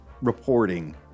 reporting